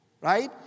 Right